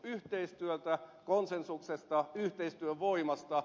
yhteistyöstä konsensuksesta yhteistyövoimasta